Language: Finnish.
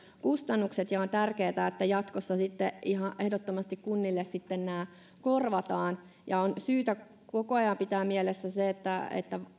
kustannukset ja on tärkeätä että jatkossa nämä ihan ehdottomasti kunnille korvataan on syytä koko ajan pitää mielessä se että